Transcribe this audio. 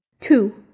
Two